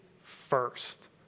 first